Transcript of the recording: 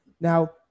Now